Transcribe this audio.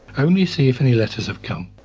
only see if any letters have come.